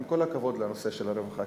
עם כל הכבוד לנושא של הרווחה.